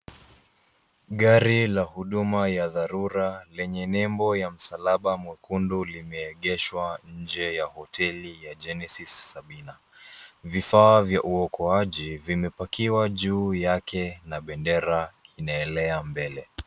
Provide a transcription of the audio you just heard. Gari ya huduma la tharura lenye nembo ya msalaba mwekundu limeegeshwa nje ya hoteli ya Genesis Sabina vifaa vya uokoaji vimepakiwa juu yake na bendera inaelea mbele.